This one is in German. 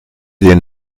den